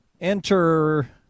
enter